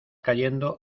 cayendo